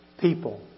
people